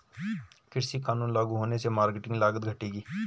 कृषि कानून लागू होने से मार्केटिंग लागत घटेगी